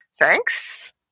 Thanks